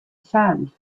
sand